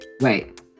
Wait